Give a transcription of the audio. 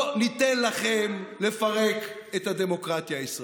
לא ניתן לכם לפרק את הדמוקרטיה הישראלית.